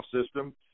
System